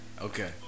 Okay